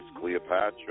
cleopatra